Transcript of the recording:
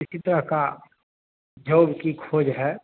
इक तह का जॉब की खोज है